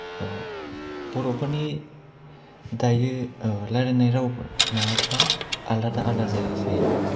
बर'फोरनि दायो रायज्लायनाय रावफोरा माबाफ्रा आलादा आलादा जायोसै